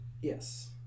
Yes